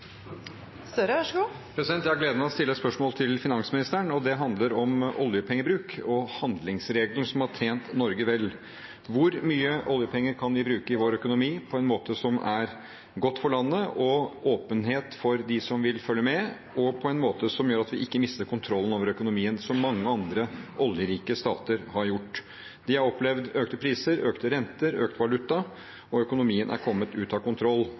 Jeg har gleden av å stille et spørsmål til finansministeren. Det handler om oljepengebruk og handlingsregelen, som har tjent Norge vel. Hvor mye oljepenger kan vi bruke i vår økonomi på en måte som er godt for landet, med åpenhet for dem som vil følge med, og på en måte som gjør at vi ikke mister kontrollen over økonomien, som mange andre oljerike stater har gjort? De har opplevd økte priser, økte renter, økt valuta, og økonomien er kommet ut av kontroll.